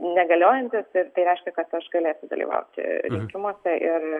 negaliojantis ir tai reiškia kad aš galėsiu dalyvauti rinkimuose ir